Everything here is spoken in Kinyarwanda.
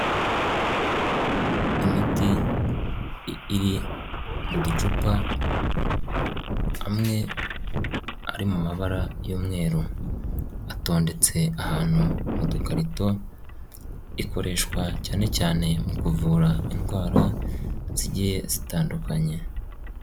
Imiti iri mu ducupa, amwe ari mu mabara y'umweru, atondetse ahantu mu dukarito, ikoreshwa cyane cyane mu kuvura indwara zigiye zitandukanye.